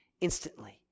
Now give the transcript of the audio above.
instantly